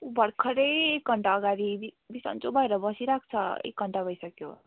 उ भर्खरै एक घन्टा अगाडि बिसन्चो भएर बसिरहेको छ एक घन्टा भइसक्यो